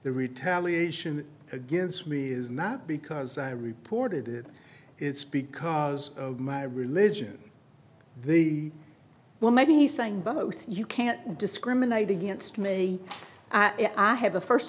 the retaliation against me is not because i reported it it's because of my religion the well maybe saying both you can't discriminate against me i have a